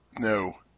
No